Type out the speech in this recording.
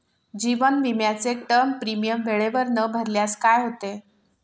जीवन विमाचे term premium वेळेवर न भरल्यास काय होते?